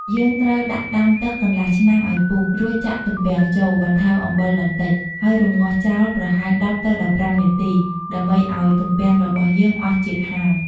យើងត្រូវដាក់ដាំទឹកកន្លះឆ្នាំងឱ្យពុះ រួចចាក់ទំពាំងចូល បន្ថែមអំបិលបន្ដិច ហើយរំងាស់ចោលប្រហែល១០ ទៅ១៥នាទី ដើម្បីឱ្យទំពាំងរបស់យើងអស់ជាតិហាង។